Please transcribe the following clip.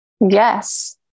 Yes